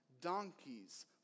donkeys